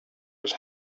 was